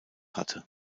hatte